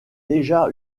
déjà